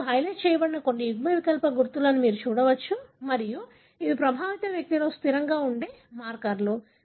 ఇప్పుడు హైలైట్ చేయబడిన కొన్ని యుగ్మవికల్ప గుర్తులను మీరు చూడవచ్చు మరియు ఇవి ప్రభావిత వ్యక్తిలో స్థిరంగా ఉండే మార్కర్లు